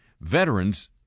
Veterans